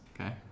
Okay